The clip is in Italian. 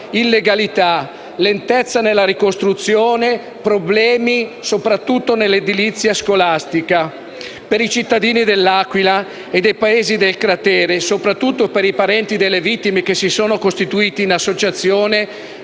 illegalità, lentezza nella ricostruzione e problemi, soprattutto nell'edilizia scolastica. Per i cittadini dell'Aquila e dei paesi del cratere, soprattutto per i parenti alle vittime, che si sono costituiti in associazione,